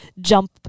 jump